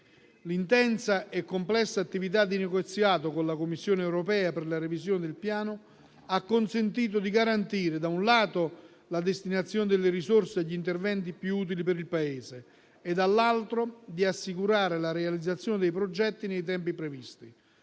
L'intensa e complessa attività di negoziato con la Commissione europea per la revisione del Piano ha consentito di garantire, da un lato, la destinazione delle risorse e gli interventi più utili per il Paese e, dall'altro, di assicurare la realizzazione dei progetti nei tempi previsti.